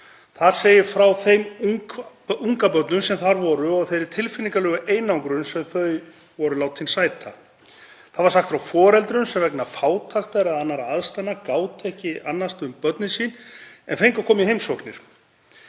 Þar segir frá þeim ungbörnum sem þar voru og þeirri tilfinningalegu einangrun sem þau voru látin sæta. Það var sagt frá foreldrum sem vegna fátæktar eða annarra aðstæðna gátu ekki annast um börnin sín en fengu að koma í heimsóknir.